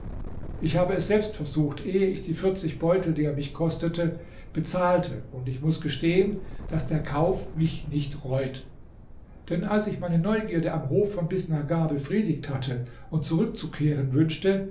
ich habe es selbst versucht ehe ich die vierzig beutel die er mich kostet bezahlte und ich muß gestehen daß der kauf mich nicht reut denn als ich meine neugierde am hofe von bisnagar befriedigt hatte und zurückzukehren wünschte